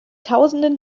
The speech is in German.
tausenden